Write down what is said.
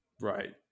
Right